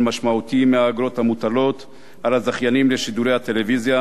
משמעותי מהאגרות המוטלות על הזכיינים לשידורי הטלוויזיה,